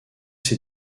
ses